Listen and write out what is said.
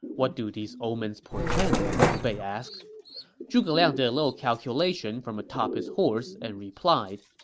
what do these omens portend? liu bei asked zhuge liang did a little calculation from atop his horse and replied,